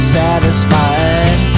satisfied